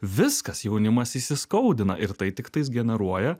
viskas jaunimas įsiskaudina ir tai tiktais generuoja